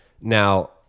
now